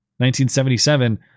1977